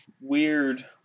weird